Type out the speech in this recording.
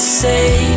say